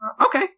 Okay